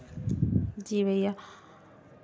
जी भैया